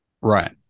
Right